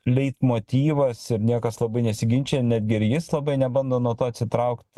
leitmotyvas ir niekas labai nesiginčija netgi ir jis labai nebando nuo to atsitraukt